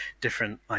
different